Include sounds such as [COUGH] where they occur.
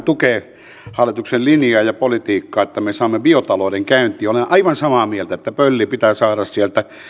[UNINTELLIGIBLE] tukee hallituksen linjaa ja politiikkaa että me saamme biotalouden käyntiin olen aivan samaa mieltä että pölli pitää saada sieltä